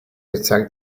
attacked